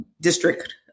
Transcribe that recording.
district